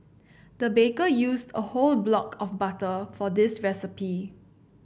the baker used a whole block of butter for this recipe